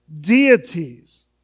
deities